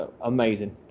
Amazing